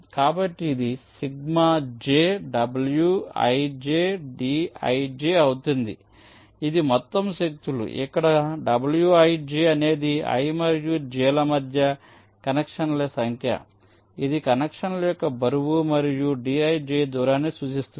కాబట్టి ఇది ∑ j wijdij అవుతుంది ఇది మొత్తం శక్తులు ఇక్కడ wijఅనేది i మరియు j ల మధ్య కనెక్షన్ల సంఖ్య ఇది కనెక్షన్ యొక్క బరువు మరియు d ij దూరాన్ని సూచిస్తుంది